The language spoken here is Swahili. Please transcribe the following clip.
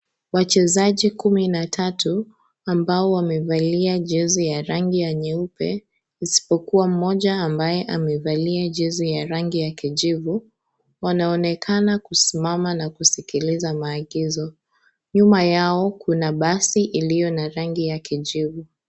Wachezaji kumi na tatu ambao wamevalia jezi ya rangi ya nyeupe isipokuwa mmoja ambaye amevalia jezi ya rangi ya kijivu. Wanaonekana kusimama na kusikiliza maagizo. Nyuma yao kuna basi iliyo na rangi ya kijivu.